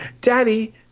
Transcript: daddy